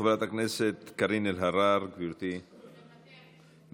חברת הכנסת קארין אלהרר, גברתי, מוותרת,